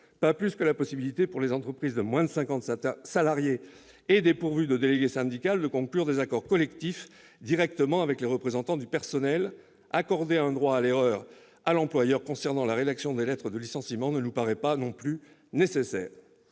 de la possibilité, pour les entreprises de moins de 50 salariés dépourvues de délégué syndical, de « conclure des accords collectifs directement avec les représentants élus du personnel ». Accorder un droit à l'erreur à l'employeur en matière de rédaction des lettres de licenciement ne nous paraît pas non plus nécessaire.